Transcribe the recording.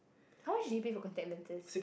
how much did you pay for contact lenses